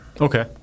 okay